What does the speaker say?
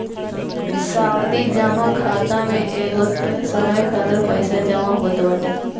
सावधि जमा खाता में एगो तय समय खातिर पईसा जमा होत बाटे